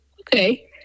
Okay